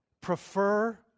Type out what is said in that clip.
prefer